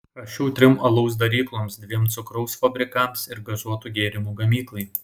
rašiau trim alaus darykloms dviem cukraus fabrikams ir gazuotų gėrimų gamyklai